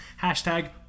Hashtag